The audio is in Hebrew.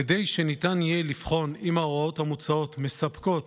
כדי שניתן יהיה לבחון אם ההוראות המוצעות מספקות